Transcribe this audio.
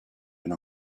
una